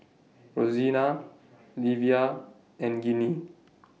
Rosena Livia and Ginny